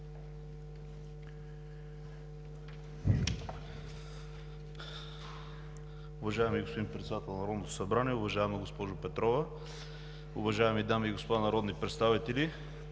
Уважаеми господин Председател на Народното събрание, уважаеми господин Ибрямов, уважаеми дами и господа народни представители!